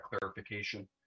clarification